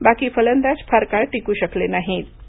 बाकी फलंदाज फार काळ टिकू शकले नाहीत